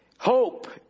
Hope